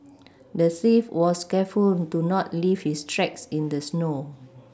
the thief was careful to not leave his tracks in the snow